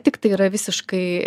tik tai yra visiškai